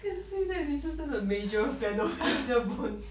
then 现在你是真的 major fan of gentle bones